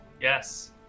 yes